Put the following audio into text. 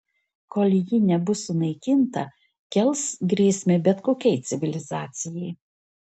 kol ji nebus sunaikinta kels grėsmę bet kokiai civilizacijai